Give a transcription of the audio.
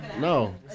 No